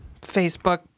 Facebook